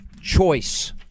choice